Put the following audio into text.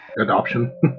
Adoption